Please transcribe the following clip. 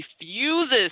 refuses